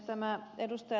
tämä ed